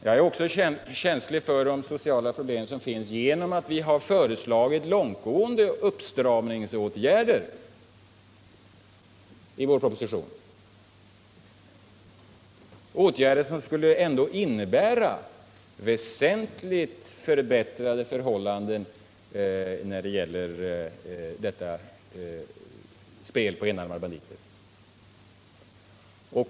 Jag är också känslig för de sociala problemen — vi har föreslagit långtgående uppstramningsåtgärder i vår proposition, som skulle innebära väsentligt förbättrade förhållanden när det gäller spelet på enarmade banditer.